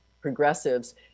progressives